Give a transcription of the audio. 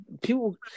people